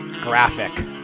Graphic